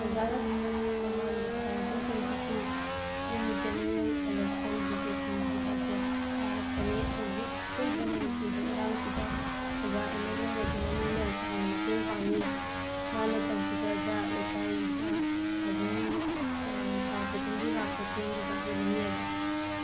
ꯑꯣꯖꯥ ꯔꯘꯨꯃꯅꯤ ꯃꯃꯥꯡꯒꯤ two thousand twenty two ꯏꯪ ꯖꯦꯅꯔꯦꯜ ꯑꯦꯂꯦꯛꯁꯟ ꯕꯤ ꯖꯦ ꯄꯤꯒꯤꯗ ꯕꯣꯠ ꯀꯥꯔꯛꯄꯅꯤ ꯍꯧꯖꯤꯛ ꯊꯣꯛꯏꯕ ꯃꯅꯤꯄꯨꯔꯒꯤ ꯏꯔꯥꯡꯁꯤꯗ ꯑꯣꯖꯥ ꯑꯦꯝ ꯑꯦꯜ ꯑꯦ ꯔꯘꯨꯃꯅꯤꯅ ꯆꯥꯎꯅ ꯃꯇꯦꯡ ꯄꯥꯡꯏ ꯃꯥꯅ ꯇꯧꯈꯤꯕꯗ ꯂꯩꯀꯥꯏꯗ ꯑꯗꯨꯝ ꯊꯥ ꯈꯨꯗꯤꯡꯒꯤ ꯂꯥꯛꯄ ꯆꯦꯡ ꯀꯩꯀꯥꯁꯨ ꯑꯗꯨꯝ ꯌꯦꯜꯂꯦ